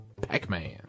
Pac-Man